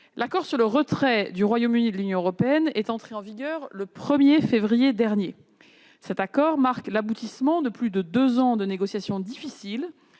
L'accord sur le retrait du Royaume-Uni de l'Union européenne, entré en vigueur le 1 février dernier, marque l'aboutissement de plus de deux ans de négociations difficiles